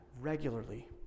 regularly